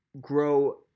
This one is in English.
grow